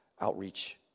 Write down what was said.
outreach